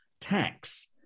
tax